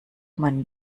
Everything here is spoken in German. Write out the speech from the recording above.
man